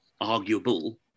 arguable